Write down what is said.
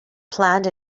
planned